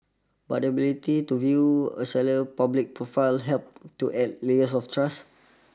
but the ability to view a seller's public profile helps to add layers of trust